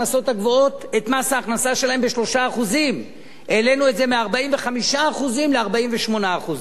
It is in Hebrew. ההכנסות הגבוהות ב-3% העלינו את זה מ-45% ל-48%.